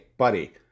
Buddy